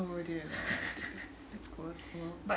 oh dear that's cool that's cool